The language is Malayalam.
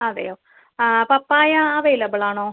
അതെയോ ആ പപ്പായ അവൈലബിൾ ആണോ